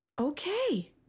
Okay